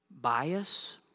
bias